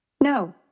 No